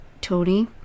Tony